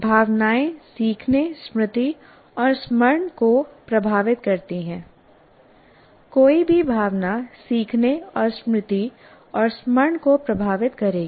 भावनाएँ सीखने स्मृति और स्मरण को प्रभावित करती हैं कोई भी भावना सीखने और स्मृति और स्मरण को प्रभावित करेगी